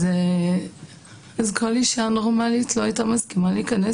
אז כל אישה נורמלית לא הייתה מסכימה להיכנס